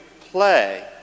play